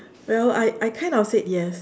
well I I kind of said yes